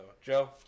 Joe